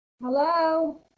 Hello